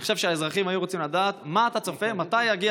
אני חושב שהאזרחים היו רוצים לדעת מתי אתה צופה שיגיע